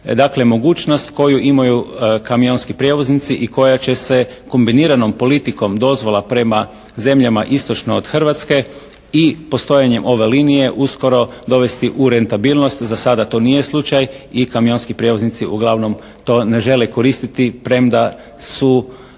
dakle mogućnost koju imaju kamionski prijevoznici i koja će se kombiniranom politikom dozvola prema zemljama istočno od hrvatske i postojanjem ove linije uskoro dovesti u rentabilnost, za sada to nije slučaj i kamionski prijevoznici uglavnom to ne žele koristi premda su